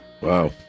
Wow